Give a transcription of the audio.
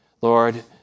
Lord